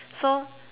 so